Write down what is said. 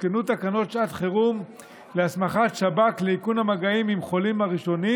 והותקנו תקנות שעת חירום להסמכת שב"כ לאיכון המגעים עם החולים הראשונים.